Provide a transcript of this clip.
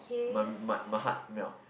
my my heart melt